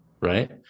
right